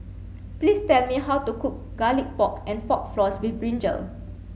please tell me how to cook garlic pork and pork floss with Brinjal